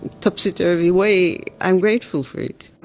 topsy-turvy way, i'm grateful for it